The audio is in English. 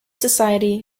society